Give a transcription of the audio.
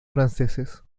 franceses